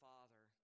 Father